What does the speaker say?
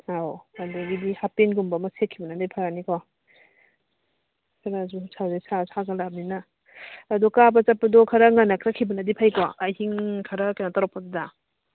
ꯑꯧ ꯑꯗꯒꯤꯗꯤ ꯍꯥꯄꯦꯟꯒꯨꯝꯕ ꯑꯃ ꯁꯦꯠꯈꯤꯕꯅꯗꯤ ꯐꯔꯅꯤꯀꯣ ꯑꯗꯨꯅꯁꯨ ꯅꯨꯡꯁꯥꯁꯦ ꯁꯥꯁꯨ ꯁꯥꯒꯠꯂꯛꯑꯕꯅꯤꯅ ꯑꯗꯣ ꯀꯥꯕ ꯆꯠꯄꯗꯣ ꯈꯔ ꯉꯟꯅ ꯆꯠꯈꯤꯕꯅꯗꯤ ꯐꯩꯀꯣ ꯑꯍꯤꯡ ꯈꯔ ꯀꯩꯅꯣ ꯇꯧꯔꯛꯄꯩꯗꯨꯗ